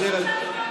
ואשר על כן,